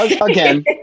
Again